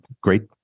great